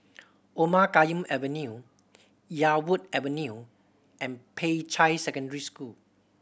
Omar Khayyam Avenue Yarwood Avenue and Peicai Secondary School